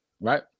Right